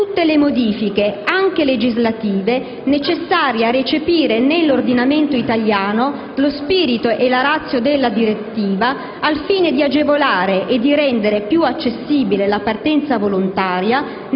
tutte le modifiche, anche legislative, necessarie a recepire nell'ordinamento italiano lo spirito e la *ratio* della direttiva al fine di rendere più accessibile la partenza volontaria